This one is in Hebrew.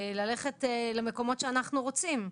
ללכת למקומות שאנחנו רוצים.